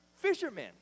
fishermen